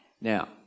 now